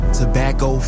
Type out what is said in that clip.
tobacco